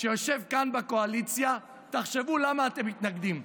שיושב כאן בקואליציה, תחשבו למה אתם מתנגדים.